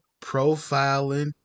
profiling